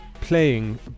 playing